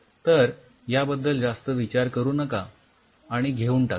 तर याबद्दल जास्त विचार करू नका आणि घेऊन टाका